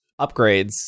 upgrades